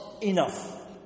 enough